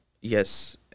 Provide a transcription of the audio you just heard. Yes